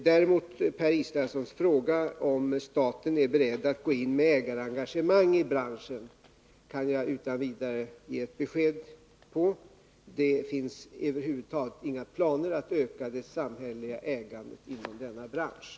Däremot kan jag beträffande Per Israelssons fråga, om staten är beredd att gå in med ägarengagemang i branschen, utan vidare ge ett besked: Det finns över huvud taget inga planer på att öka det samhälleliga ägandet inom denna bransch.